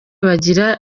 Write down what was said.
bagira